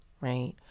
Right